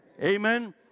Amen